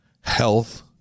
health